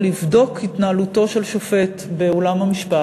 לבדוק התנהלותו של שופט באולם המשפט.